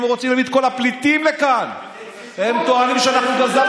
הם רוצים להביא את כל הפליטים לכאן.